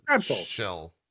shell